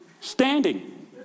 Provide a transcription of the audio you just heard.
standing